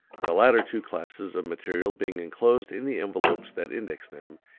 the latter two classes of material being enclosed in the envelopes that index them,